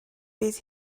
bydd